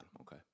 okay